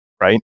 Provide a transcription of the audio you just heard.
right